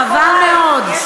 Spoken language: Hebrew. חבל מאוד.